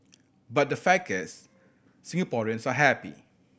but the fact is Singaporeans are happy